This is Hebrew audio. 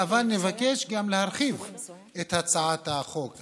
אבל נבקש גם להרחיב את הצעת החוק.